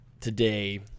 today